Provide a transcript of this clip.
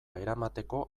eramateko